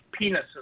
Penises